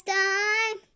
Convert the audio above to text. time